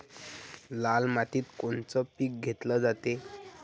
लाल मातीत कोनचं पीक घेतलं जाते?